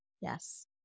Yes